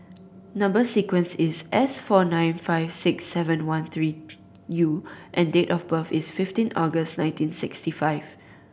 number sequence is S four nine five six seven one three U and the date of birth is fifteen August nineteen sixty five